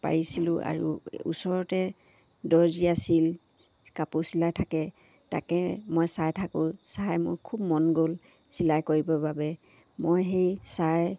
পাৰিছিলোঁ আৰু ওচৰতে দৰ্জি আছিল কাপোৰ চিলাই থাকে তাকে মই চাই থাকোঁ চাই মোৰ খুব মন গ'ল চিলাই কৰিবৰ বাবে মই সেই চাই